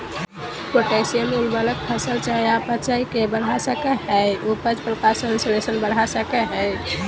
potassium उर्वरक फसल चयापचय के बढ़ा सकई हई, उपज, प्रकाश संश्लेषण बढ़ा सकई हई